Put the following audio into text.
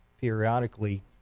periodically